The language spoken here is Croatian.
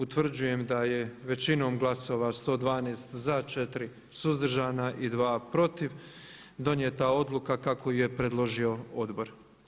Utvrđujem da je većinom glasova 112 za, 4 suzdržana i 2 protiv donijeta odluka kako ju je predložio Odbor.